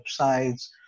websites